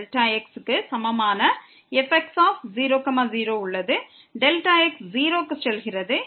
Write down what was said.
Δx 0 க்கு செல்கிறது